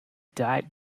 died